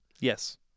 Yes